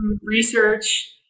research